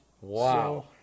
Wow